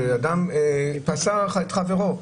פצע את חברו,